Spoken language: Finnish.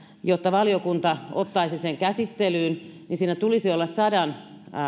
jotta valiokunta ottaisi aloitteen käsittelyyn niin siinä tulisi olla sadan